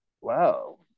wow